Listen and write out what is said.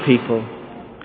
people